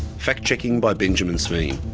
fact-checking by benjamin sveen.